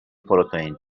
پروتئین